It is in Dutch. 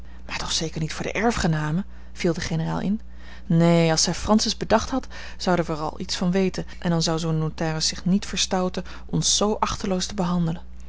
maar toch zeker niet voor de erfgenamen viel de generaal in neen als zij francis bedacht had zouden wij er al iets van weten en dan zou zoo'n notaris zich niet verstouten ons z achteloos te behandelen